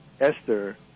Esther